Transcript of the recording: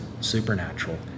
supernatural